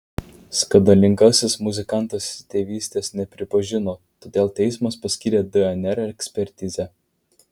skandalingasis muzikantas tėvystės nepripažino todėl teismas paskyrė dnr ekspertizę